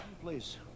please